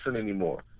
anymore